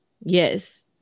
Yes